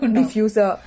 diffuser